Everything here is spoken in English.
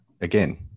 again